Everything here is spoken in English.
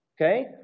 okay